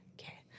okay